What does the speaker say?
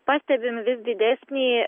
pastebim vis didesnį